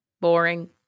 Boring